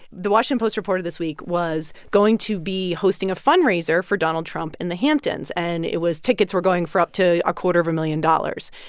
the washington post reported this week, was going to be hosting a fundraiser for donald trump in the hamptons. and it was tickets were going for up to a quarter of a million dollars.